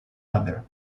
other